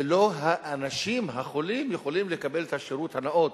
ולא האנשים, החולים, יכולים לקבל את השירות הנאות.